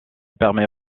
permet